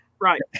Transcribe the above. Right